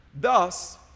thus